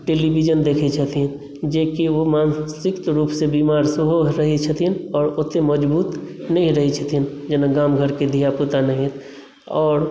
television देखैत छथिन जबकि ओ मानसिक रूपसँ बीमार सेहो रहैत छथिन आओर ओतेक मजबूत नहि रहैत छथिन जेना गामघरके धिया पुता नाहित आओर